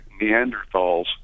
Neanderthals